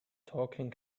talking